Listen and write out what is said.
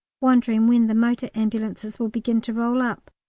wondering when the motor ambulances would begin to roll up,